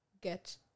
Get